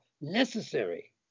necessary